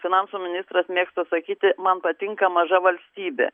finansų ministras mėgsta sakyti man patinka maža valstybė